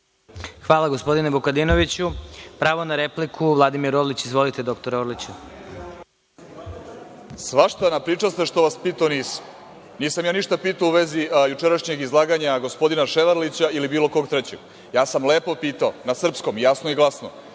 Hvala, gospodine Vukadinoviću. Reč ima narodni poslanik Vladimir Orlić. Izvolite. **Vladimir Orlić** Svašta napričaste što vas pitao nisam. Nisam ja ništa pitao u vezi jučerašnjeg izlaganja gospodina Ševarlića ili bilo kog trećeg. Ja sam lepo pitao na srpskom, jasno i glasno